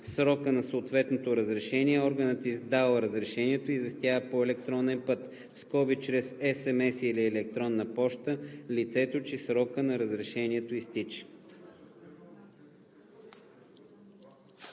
срока на съответно разрешение органът, издал разрешението, известява по електронен път (чрез SMS или електронна поща) лицето, че срокът на разрешението изтича.“